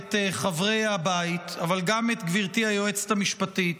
את חברי הבית הזה אבל גם את גברתי היועצת המשפטית